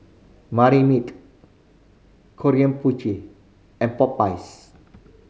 Marmite Krombacher and Popeyes